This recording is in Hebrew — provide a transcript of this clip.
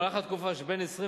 במהלך התקופה שבין 21